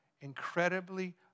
incredibly